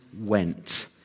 went